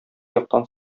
яктан